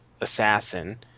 Assassin